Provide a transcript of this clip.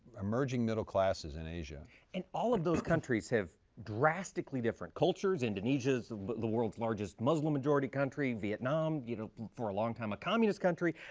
emerging middle classes in asia. pearson and all of those countries have drastically different cultures. indonesia is the world's largest muslim majority country, vietnam you know for a long time a communist country.